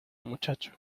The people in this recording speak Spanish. muchacho